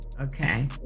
Okay